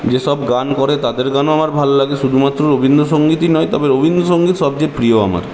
যেসব গান করে তাদের গানও আমার ভাল লাগে শুধু মাত্র রবীন্দ্রসঙ্গীতই নয় তবে রবীন্দ্রসঙ্গীত সব চেয়ে প্রিয় আমার